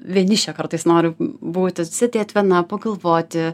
vienišė kartais noriu būti sėdėt viena pagalvoti